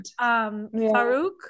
Farouk